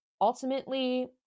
Ultimately